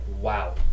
Wow